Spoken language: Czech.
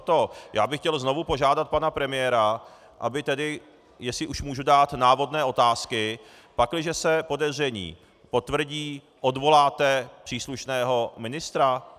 Proto já bych chtěl znovu požádat pana premiéra, jestli už můžu dát návodné otázky: Pakliže se podezření potvrdí, odvoláte příslušného ministra?